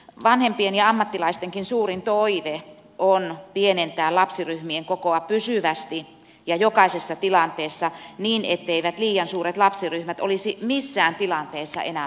vanhempien ja ammattilaistenkin suurin toive on pienentää lapsiryhmien kokoa pysyvästi ja jokaisessa tilanteessa niin etteivät liian suuret lapsiryhmät olisi missään tilanteessa enää mahdollisia